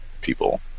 people